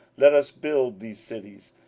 let us build these cities,